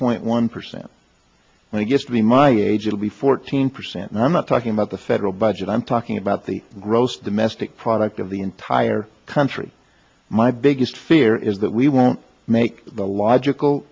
point one percent when he gets to be my age it'll be fourteen percent and i'm not talking about the federal budget i'm talking about the gross domestic product of the entire country my biggest fear is that we won't make the logical